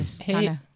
Hey